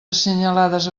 assenyalades